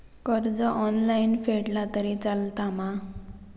कर्ज ऑनलाइन फेडला तरी चलता मा?